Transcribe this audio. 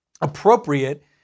appropriate